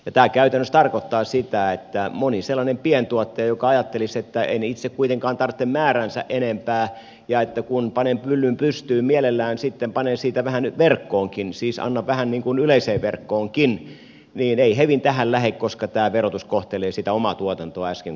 tämä käytännössä tarkoittaa sitä että moni sellainen pientuottaja joka ajattelisi että en itse kuitenkaan tarvitse määräänsä enempää ja että kun panen myllyn pystyyn mielellään sitten panen siitä vähän verkkoonkin siis annan vähän yleiseen verkkoonkin ei hevin tähän lähde koska verotus kohtelee sitä omaa tuotantoa äsken kuvatulla tavalla